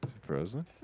Frozen